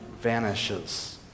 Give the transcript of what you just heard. vanishes